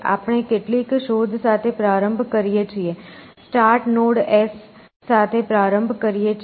આપણે કેટલીક શોધ સાથે પ્રારંભ કરીએ છીએ સ્ટાર્ટ નોડ S સાથે પ્રારંભ કરીએ છીએ